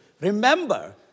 remember